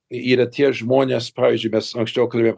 yra tie žmonės pavyzdžiui mes anksčiau kalbėjom